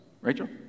Rachel